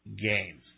games